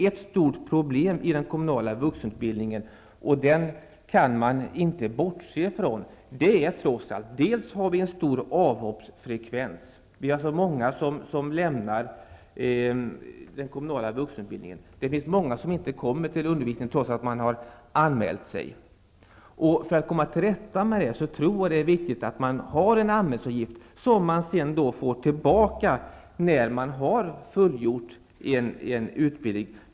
Ett stort problem, som man inte kan bortse ifrån, i den kommunala vuxenutbildningen är den höga avhoppsfrekvensen. Många lämnar den kommunala vuxenutbildningen, och många kommer inte till undervisningen trots att de har anmält sig. För att komma till rätta med det tror jag att det är viktigt att ta ut en anmälningsavgift som eleverna sedan får tillbaka efter fullgjord utbildning.